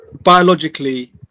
biologically